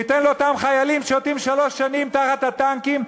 שייתן לאותם חיילים שמשרתים שלוש שנים תחת הטנקים,